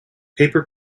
paper